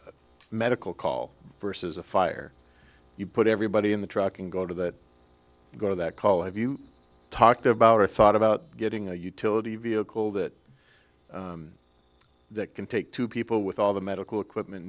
call medical call versus a fire you put everybody in the truck and go to that go to that call have you talked about or thought about getting a utility vehicle that can take two people with all the medical equipment